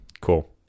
Cool